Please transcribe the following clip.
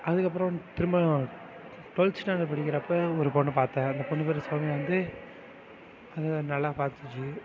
அதுக்கப்பறம் திரும்ப twelfth standard படிக்கிறப்போ ஒரு பொண்ணை பார்த்தன் அந்த பொண்ணு பேர் சௌமியா வந்து அது நல்லா பார்த்துச்சி